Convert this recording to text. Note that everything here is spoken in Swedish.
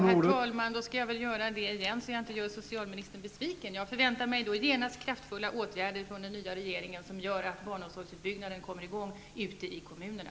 Herr talman! Då skall jag väl göra det igen, så att jag inte gör socialministern besviken. Jag förväntar mig genast kraftfulla åtgärder från den nya regeringen som gör att utbyggnaden av en kvalitativt bra barnomsorg kommer i gång ute i kommunerna.